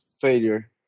Failure